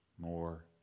more